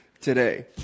today